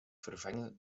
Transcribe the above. vervangen